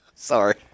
Sorry